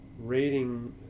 reading